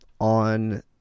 On